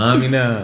Amina